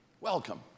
welcome